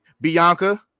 Bianca